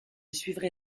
suivrai